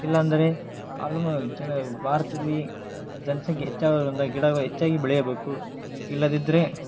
ಇಲ್ಲ ಅಂದರೆ ಅಲ್ಮೋ ಜನ ಭಾರತಲ್ಲಿ ಜನ್ಸಂಖ್ಯೆ ಹೆಚ್ಚಾಗೋದ್ರಿಂದ ಗಿಡವು ಹೆಚ್ಚಾಗಿ ಬೆಳೆಯಬೇಕು ಇಲ್ಲದಿದರೆ